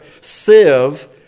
sieve